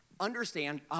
understand